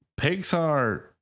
Pixar